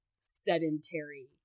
sedentary